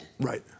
Right